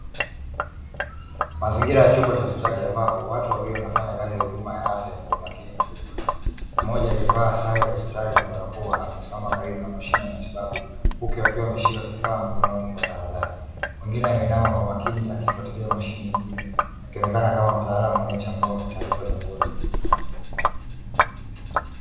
Mazingira ya chumba cha hospitali, ambapo watu wawili wanafanyakazi ya huduma ya afya kwa umakini mkubwa, mmoja amevaa sare ya hospitali na barakoa, amesimama karibu na mashine ya matibau, huku akiwa ameshika kifaa mkononi kwa tahadhari. Mwingine ameinama kwa makini akifuatilia mashine nyingine, akionekana kama mtaalamu anayechambua taarifa za mgonjwa.